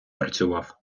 працював